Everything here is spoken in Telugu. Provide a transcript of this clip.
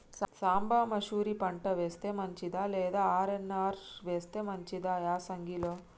సాంబ మషూరి పంట వేస్తే మంచిదా లేదా ఆర్.ఎన్.ఆర్ వేస్తే మంచిదా యాసంగి లో?